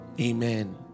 Amen